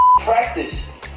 practice